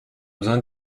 besoin